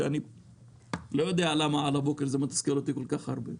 שאני לא יודע למה על הבוקר זה מתסכל אותי כל כך הרבה.